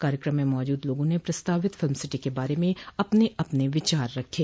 कार्यक्रम में मौजूद लोगों ने प्रस्तावित फिल्म सिटी के बारे में अपने अपने विचार रखे